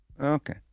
okay